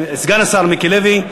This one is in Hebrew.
סגן השר מיקי לוי,